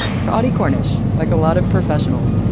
for audie cornish, like a lot of professionals,